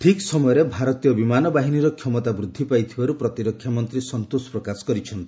ଠିକ୍ ସମୟରେ ଭାରତୀୟ ବିମାନ ବାହିନୀର କ୍ଷମତା ବୃଦ୍ଧି ପାଇଥିବାରୁ ପ୍ରତିରକ୍ଷା ମନ୍ତ୍ରୀ ସନ୍ତୋଷ ପ୍ରକାଶ କରିଛନ୍ତି